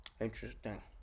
Interesting